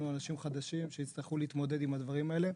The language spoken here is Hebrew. אנשים חדשים שיצטרכו להתמודד עם הדברים האלה.